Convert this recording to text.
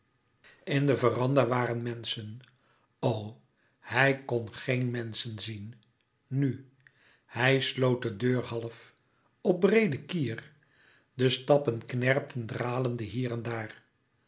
in de verandah waren menschen o hij kon geen menschen zien nu hij sloot de deur half op breeden kier de stappen knerpten dralende hier en daar